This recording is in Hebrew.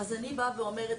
אז אני באה ואומרת,